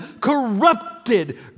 corrupted